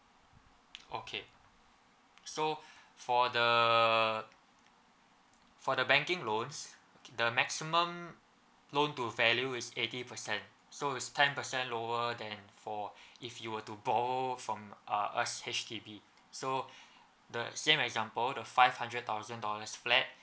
okay so for the for the banking loans the maximum loan to value is eighty percent so it's ten percent lower than for if you were to borrow from uh us H_D_B so the same example the five hundred thousand dollars flat